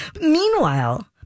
Meanwhile